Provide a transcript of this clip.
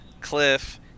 Cliff